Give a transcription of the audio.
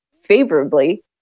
favorably